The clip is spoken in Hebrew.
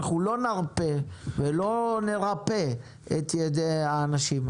אנחנו לא נרפה, ולא נרפה את ידי האנשים.